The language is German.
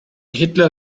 hitler